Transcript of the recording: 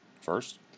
first